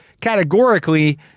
categorically